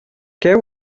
cheu